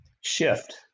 Shift